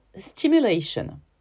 stimulation